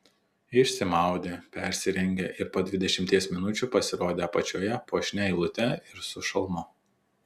išsimaudė persirengė ir po dvidešimties minučių pasirodė apačioje puošnia eilute ir su šalmu